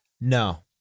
No